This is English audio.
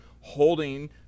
holding